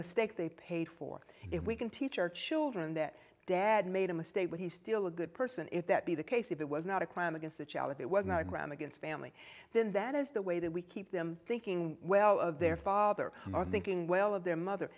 mistake they paid for it we can teach our children that dad made a mistake but he's still a good person if that be the case if it was not a crime against a child if it was not a gram against family then that is the way that we keep them thinking well of their father are thinking well of their mother